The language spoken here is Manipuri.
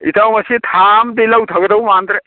ꯏꯇꯥꯎ ꯃꯁꯤ ꯊꯥ ꯑꯃꯗꯤ ꯂꯧꯊꯒꯗꯧ ꯃꯥꯟꯗ꯭ꯔꯦ